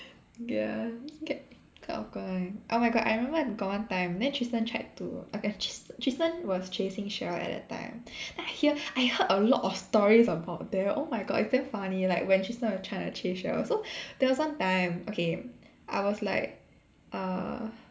ya quite awkward [one] oh my god I remember got one time then Tristen tried to ok Trist~ Tristen was chasing Sheryl at that time then I hear I heard a lot of stories about them oh my god it's damn funny like when Tristen was trying to chase Sheryl so there was one time okay I was like err